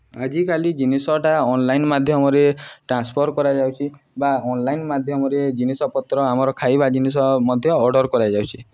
ଆଜିକାଲି ଜିନିଷଟା ଅନ୍ଲାଇନ୍ ମାଧ୍ୟମରେ ଟ୍ରାନ୍ସଫର୍ କରାଯାଉଛି ବା ଅନ୍ଲାଇନ୍ ମାଧ୍ୟମରେ ଜିନିଷପତ୍ର ଆମର ଖାଇବା ଜିନିଷ ମଧ୍ୟ ଅର୍ଡ଼ର୍ କରାଯାଉଛି